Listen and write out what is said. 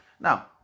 Now